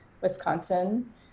wisconsin